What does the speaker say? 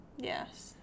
Yes